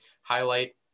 highlight